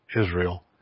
Israel